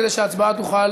כדי שההצבעה תוכל